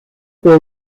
por